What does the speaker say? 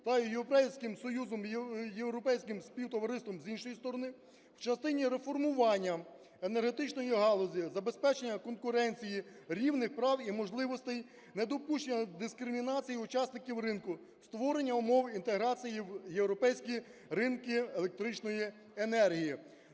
та Європейським Союзом, Європейським співтовариством, з іншої сторони, в частині реформування енергетичної галузі, забезпечення конкуренції, рівних прав і можливостей, недопущення дискримінації учасників ринку, створення умов інтеграції в європейські ринки електричної енергії.